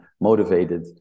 motivated